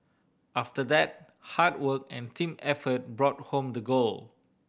after that hard work and team effort brought home the gold